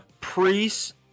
Priest